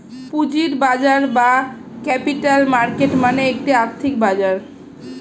পুঁজির বাজার বা ক্যাপিটাল মার্কেট মানে একটি আর্থিক বাজার